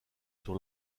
sur